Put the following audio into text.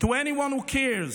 to anyone who cares,